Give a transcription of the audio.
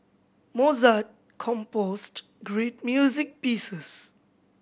Mozart composed great music pieces